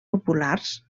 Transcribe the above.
populars